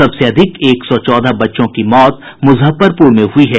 सबसे अधिक एक सौ चौदह बच्चों की मौत मुजफ्फरपुर में हुई है